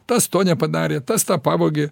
tas to nepadarė tas tą pavogė